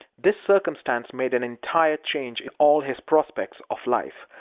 this circumstance made an entire change in all his prospects of life.